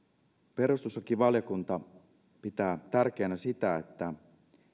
perustuslakivaliokunta pitää tärkeänä sitä että